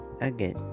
again